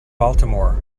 baltimore